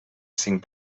cinc